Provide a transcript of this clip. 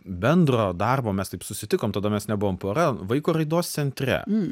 bendro darbo mes taip susitikom tada mes nebuvom pora vaiko raidos centre